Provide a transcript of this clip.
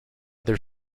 their